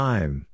Time